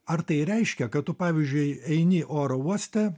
ar tai reiškia kad tu pavyzdžiui eini oro uoste